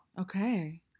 Okay